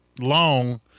long